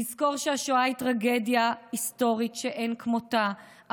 לזכור שהשואה היא טרגדיה היסטורית שאין כמותה,